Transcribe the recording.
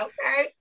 Okay